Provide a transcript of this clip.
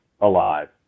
alive